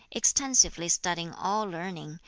extensively studying all learning,